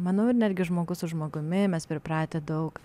manau ir netgi žmogus su žmogumi mes pripratę daug